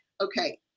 Okay